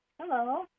Hello